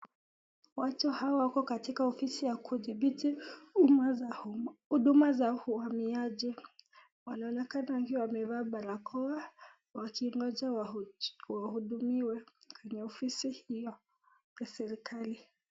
Watu hawa wako katika ofisi ya kudhibiti huduma za uhamiaji. Wanaonekana wakiwa wamevaa barakoa wakingoja wahudumiwe kwenye ofisi hiyo ya serekali.